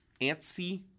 Antsy